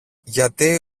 γιατί